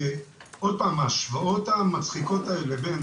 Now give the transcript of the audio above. עוד פעם ההשוואות המצחיקות האלה בין